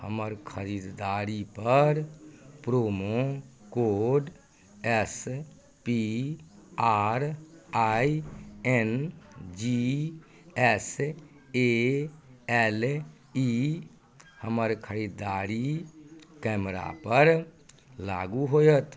हमर खरीददारी पर promo code S P R I N G S A L E हमर खरीददारी कैमरा पर लागू होयत